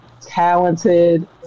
talented